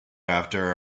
after